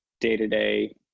day-to-day